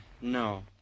no